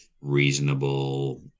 reasonable